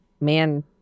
man